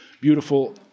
beautiful